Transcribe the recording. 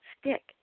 stick